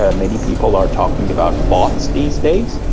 ah many people are talking about bots these days.